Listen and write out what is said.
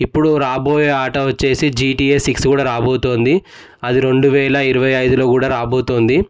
ఇప్పుడు రాబోయే ఆట వచ్చి జిటిఏ సిక్స్ కూడా రాబోతోంది అది రెండు వేల ఇరవై ఐదులో కూడా రాబోతోంది